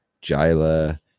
gila